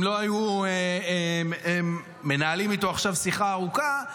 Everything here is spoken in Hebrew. אם לא היו מנהלים איתו עכשיו שיחה ארוכה.